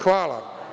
Hvala.